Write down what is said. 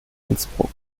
innsbruck